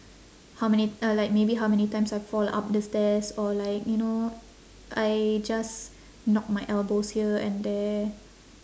how many uh like maybe how many times I fall up the stairs or like you know I just knock my elbows here and there